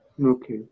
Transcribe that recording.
Okay